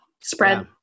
spread